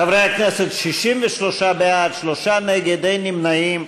חברי הכנסת, 63 בעד, שלושה נגד, אין נמנעים.